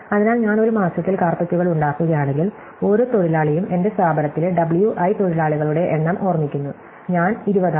അതിനാൽ ഞാൻ ഒരു മാസത്തിൽ കാര്പെറ്റുകൾ ഉണ്ടാക്കുകയാണെങ്കിൽ ഓരോ തൊഴിലാളിയും എന്റെ സ്ഥാപനത്തിലെ W i തൊഴിലാളികളുടെ എണ്ണം ഓർമിക്കുന്നു ഞാൻ 20 ആക്കും